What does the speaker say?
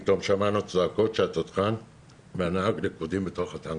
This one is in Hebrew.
פתאום שמענו צעקות והבנו שהתותחן והנהג לכודים בתוך הטנק.